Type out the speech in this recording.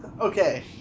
Okay